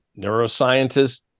neuroscientist